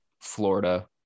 Florida